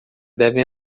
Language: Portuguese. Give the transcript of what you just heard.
deve